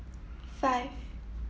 five